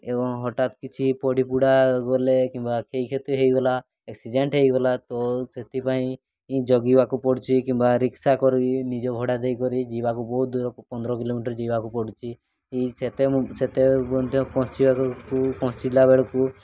ଏବଂ ହଠାତ୍ କିଛି ପୋଡ଼ି ପୋଡ଼ା ଗଲେ କିମ୍ବା କ୍ଷୟ କ୍ଷତି ହୋଇଗଲା ଏକ୍ସିଡ଼େଣ୍ଟ୍ ହୋଇଗଲା ତ ସେଥିପାଇଁ ଜଗିବାକୁ ପଡ଼ୁଛି କିମ୍ବା ରିକ୍ସା କରିକି ନିଜ ଭଡ଼ା ଦେଇକରି ଯିବାକୁ ବହୁତ ଦୂର ପନ୍ଦର କିଲୋମିଟର୍ ଯିବାକୁ ପଡ଼ୁଛି ସେତେ ସେତେ ମଧ୍ୟ ପହଞ୍ଚିବାକୁ ପହଞ୍ଚିଲା ବେଳକୁ